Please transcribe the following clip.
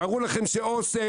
תארו לכם שאוסם